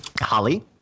Holly